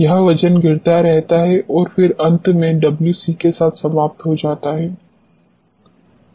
यह वजन गिरता रहता है और फिर अंत में Wc के साथ समाप्त होता हैं